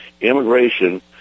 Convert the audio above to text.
immigration